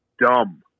dumb